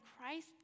Christ